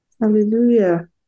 Hallelujah